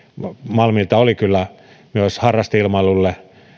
malmilta oli kyllä myös harrasteilmailulle